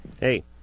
Hey